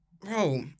bro